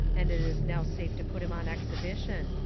and it is now safe to put him on exhibition.